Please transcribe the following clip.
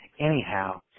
Anyhow